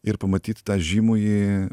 ir pamatyti tą žymųjį